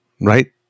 Right